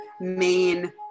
main